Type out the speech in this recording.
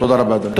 תודה רבה, אדוני.